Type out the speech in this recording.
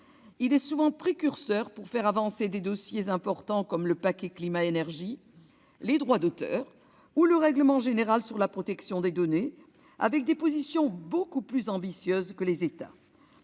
Il est souvent précurseur pour faire avancer des dossiers importants comme le paquet climat-énergie, les droits d'auteur ou le règlement général sur la protection des données, avec des positions beaucoup plus ambitieuses que les États.